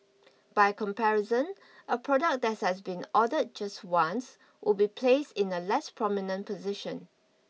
by comparison a product that has been ordered just once would be placed in a less prominent position